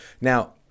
now